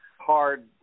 hard